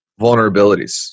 vulnerabilities